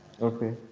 okay